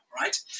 right